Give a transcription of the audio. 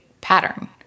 pattern